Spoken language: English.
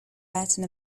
latin